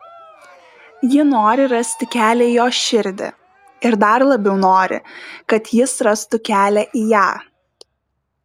ji nori rasti kelią į jo širdį ir dar labiau nori kad jis rastų kelią į ją